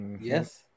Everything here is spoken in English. Yes